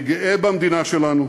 אני גאה במדינה שלנו,